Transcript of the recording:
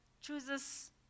chooses